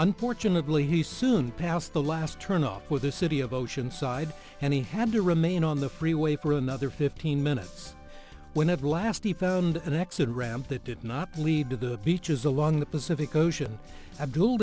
unfortunately he soon passed the last turnoff for the city of oceanside and he had to remain on the freeway for another fifteen minutes whenever last he found an exit ramp that did not lead to the beaches along the pacific ocean abdul